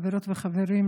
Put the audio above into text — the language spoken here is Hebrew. חברות וחברים,